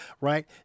right